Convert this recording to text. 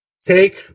Take